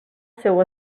seu